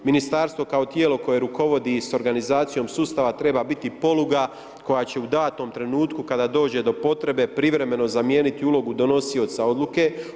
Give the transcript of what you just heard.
Ministarstvo kao tijelo koje rukovodi sa organizacijom sustava treba biti poluga koja će u datom trenutku kada dođe do potrebe privremeno zamijeniti ulogu donosioca odluke.